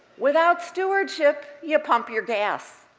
without stewardship, you pump your gas.